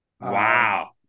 wow